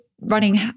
running